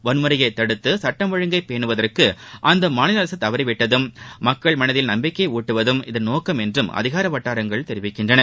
வன்முறையைதடுத்துசுட்டம் ஒழுங்கை பேனுவதற்குஅந்தமாநிலஅரசதவறிவிட்டதும் மக்கள் மனதில் நம்பிக்கையைஊட்டுவதும் இதன் நோக்கம் என்றுஅதிகாரவட்டாரங்கள் தெரிவிக்கின்றன